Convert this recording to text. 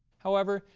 however,